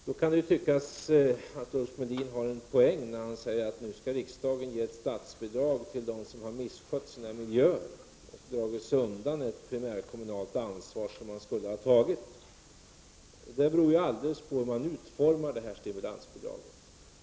Det kan då tyckas som om Ulf Melin tar en poäng när han säger att riksdagen skall ge ett statsbidrag till dem som har misskött sina miljöer och dragit sig undan ett primärkommunalt ansvar som de skulle ha tagit. Det beror ju alldeles på hur detta stimulansbidrag utformas.